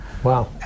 Wow